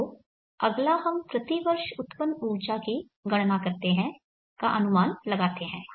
तो अगला हम प्रतिवर्ष उत्पन्न ऊर्जा की गणना करते हैं का अनुमान लगाते हैं